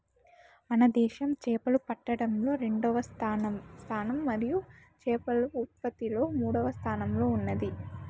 మన దేశం చేపలు పట్టడంలో రెండవ స్థానం మరియు చేపల ఉత్పత్తిలో మూడవ స్థానంలో ఉన్నాది